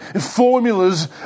Formulas